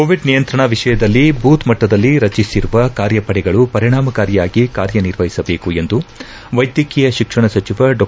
Covid ನಿಯಂತ್ರಣ ವಿಷಯದಲ್ಲಿ booth ಮೆಟ್ಗದಲ್ಲಿ ರಚಿಸಿರುವ ಕಾರ್ಯಪಡೆಗಳು ಪರಿಣಾಮಕಾರಿಯಾಗಿ ನಿರ್ವಹಿಸಬೇಕೆಂದು ವೈದ್ಯಕೀಯ ಶಿಕ್ಷಣ ಸಚಿವ ಡಾ